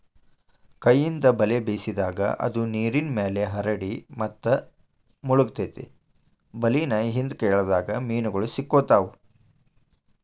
ಕೈಯಿಂದ ಬಲೆ ಬೇಸಿದಾಗ, ಅದು ನೇರಿನ್ಮ್ಯಾಲೆ ಹರಡಿ ಮತ್ತು ಮುಳಗತೆತಿ ಬಲೇನ ಹಿಂದ್ಕ ಎಳದಾಗ ಮೇನುಗಳು ಸಿಕ್ಕಾಕೊತಾವ